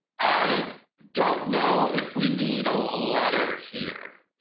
i don't know if we need a letter here.